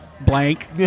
blank